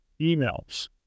emails